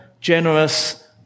generous